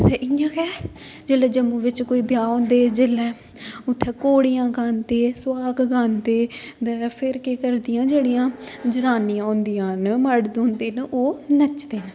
ते इ'यां गै जेल्लै जम्मू बिच्च कोई ब्याह होंदे जेल्लै उत्थै घोड़ियां गांदे सोहाग गांदे ते फेर केह् करदियां जेह्ड़ियां जनानियां होंदियां न मड़द होंदे न ओह् नचदे न